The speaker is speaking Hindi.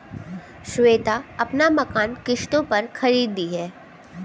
श्वेता अपना मकान किश्तों पर खरीदी है